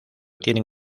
tienen